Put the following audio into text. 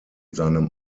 seinem